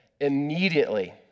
Immediately